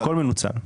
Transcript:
הכול מנוצל.